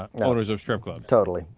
donors of strip kind of totally